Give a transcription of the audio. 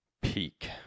peak